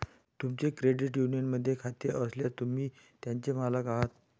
तुमचे क्रेडिट युनियनमध्ये खाते असल्यास, तुम्ही त्याचे मालक आहात